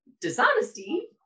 dishonesty